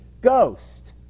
Ghost